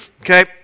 Okay